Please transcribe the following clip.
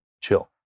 chill